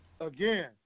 Again